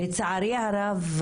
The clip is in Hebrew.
לצערי הרב,